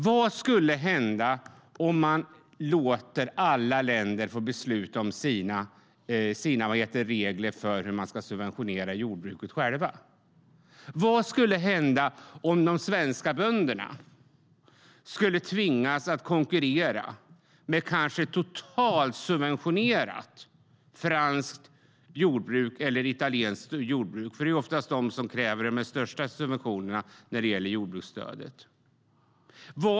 Vad skulle hända om vi lät alla länder själva besluta om sina regler för jordbrukssubventioner? Vad skulle hända om de svenska bönderna tvingades konkurrera med ett kanske totalsubventionerat franskt eller italienskt jordbruk? Det är oftast de som kräver de största subventionerna när det gäller jordbruksstödet.